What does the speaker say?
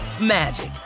magic